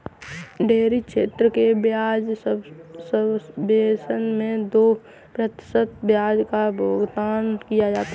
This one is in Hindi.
डेयरी क्षेत्र के ब्याज सबवेसन मैं दो प्रतिशत ब्याज का भुगतान किया जाता है